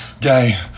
gay